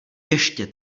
ještě